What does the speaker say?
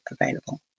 available